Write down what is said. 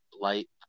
light